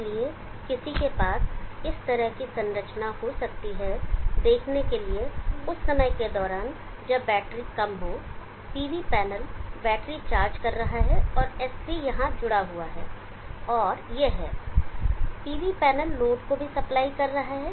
इसलिए किसी के पास इस तरह की संरचना हो सकती है देखने के लिए उस समय के दौरान जब बैटरी कम हो PV पैनल बैटरी चार्ज कर रहा है और S3 यहां जुड़ा हुआ है और यह है PV पैनल लोड को भी सप्लाई कर रहा है